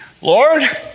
Lord